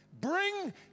Bring